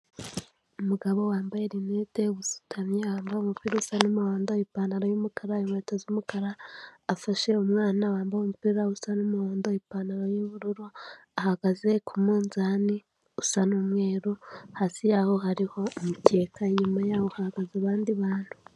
Umugabo wambaye rinete usutamye, wambaye umupira usa n'umuhondo, ipantaro y'umukara, inkweto z'umukara, afashe umwana wambaye umupira usa n'umuhondo, ipantaro y'ubururu, ahagaze ku munzani usa n'umweru, hasi yaho hariho amuteka, inyuma yaho hahagaze abandi bantu.